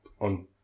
on